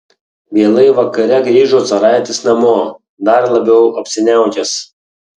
vėlai vakare grįžo caraitis namo dar labiau apsiniaukęs